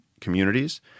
communities